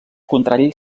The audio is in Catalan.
contrari